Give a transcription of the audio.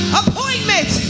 appointment